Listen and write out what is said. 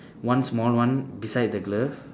one small one beside the glove